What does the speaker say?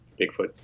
Bigfoot